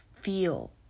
feel